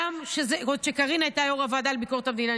עוד כשקארין הייתה יו"ר הוועדה לביקורת המדינה,